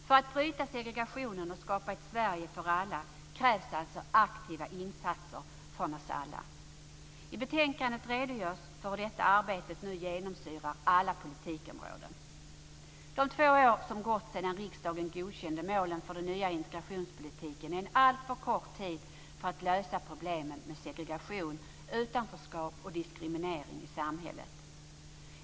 För att bryta segregationen och skapa ett Sverige för alla krävs alltså aktiva insatser från oss alla. I betänkandet redogörs för hur detta arbete nu genomsyrar alla politikområden. De två år som gått sedan riksdagen godkände målen för den nya integrationspolitiken är en alltför kort tid för att lösa problemen med segregation, utanförskap och diskriminering i samhället.